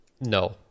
No